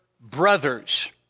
brothers